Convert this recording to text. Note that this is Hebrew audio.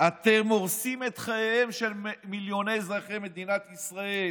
אתם הורסים את החיים של מיליוני אזרחי מדינת ישראל,